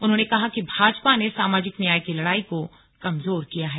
उन्हों ने कहा कि भाजपा ने सामाजिक न्याय की लड़ाई को कमजोर किया है